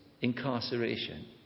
incarceration